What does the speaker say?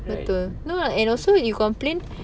betul no lah and also you complain